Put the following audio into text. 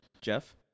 Jeff